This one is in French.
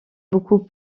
beaucoup